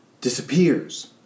disappears